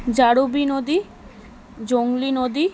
জারোবি নদী জংলি নদী